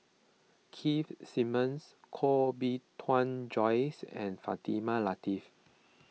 Keith Simmons Koh Bee Tuan Joyce and Fatimah Lateef